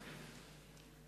הרווחה והבריאות נתקבלה.